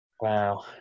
Wow